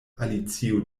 alicio